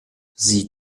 sie